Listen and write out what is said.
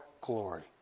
glory